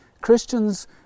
Christians